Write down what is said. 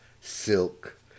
silk